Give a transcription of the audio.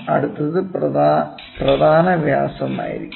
അടുത്തത് പ്രധാന വ്യാസമായിരിക്കും